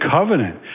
covenant